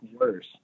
worse